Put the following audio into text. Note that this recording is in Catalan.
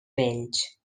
vells